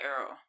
arrow